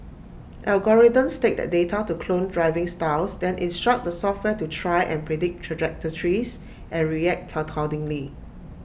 algorithms take that data to clone driving styles then instruct the software to try and predict trajectories and react accordingly